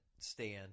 stand